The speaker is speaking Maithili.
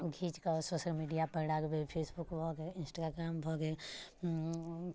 ओ घीचकऽ सोशल मीडियापर डालबै फेसबुक भऽ गेल इन्स्टाग्राम भऽ गेल